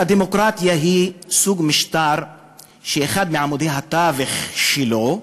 הדמוקרטיה היא סוג משטר שאחד מעמודי התווך שלו,